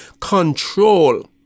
control